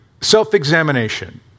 self-examination